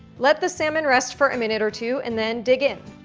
let the salmon rest for a minute or two, and then dig in.